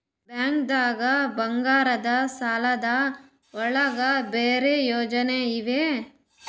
ಬ್ಯಾಂಕ್ದಾಗ ಬಂಗಾರದ್ ಸಾಲದ್ ಒಳಗ್ ಬೇರೆ ಯೋಜನೆ ಇವೆ?